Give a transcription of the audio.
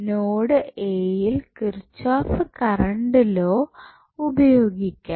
node എയിൽ Kirchhoff current law പ്രയോഗിക്കാം